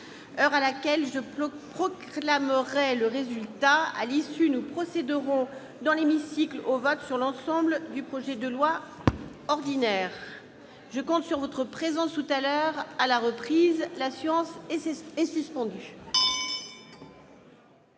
heure à laquelle je proclamerai le résultat. À l'issue, nous procéderons, dans l'hémicycle, au vote sur l'ensemble du projet de loi ordinaire. Je compte sur votre présence tout à l'heure. La séance est suspendue.